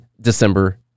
December